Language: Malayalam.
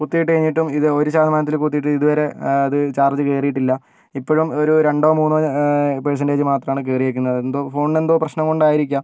കുത്തിയിട്ട് കഴിഞ്ഞിട്ടും ഇത് ഒരു ശതമാനത്തിൽ കുത്തിയിട്ട് ഇത് വരെ അത് ചാർജ് കയറിയിട്ടില്ല ഇപ്പോഴും ഒരു രണ്ടോ മൂന്നോ പേഴ്സൻറ്റേജ് മാത്രമാണ് കയറിയിരിക്കുന്നത് എന്തോ ഫോണിന് എന്തോ പ്രശ്നം കൊണ്ടായിരിക്കാം